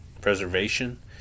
preservation